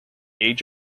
age